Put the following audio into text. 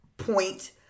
point